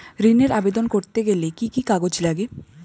ঋণের আবেদন করতে গেলে কি কি কাগজ লাগে?